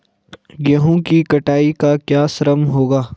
गेहूँ की कटाई का क्या श्रम होगा?